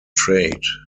trait